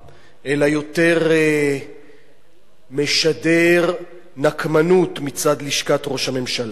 ויותר משדר נקמנות מצד לשכת ראש הממשלה.